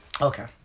Okay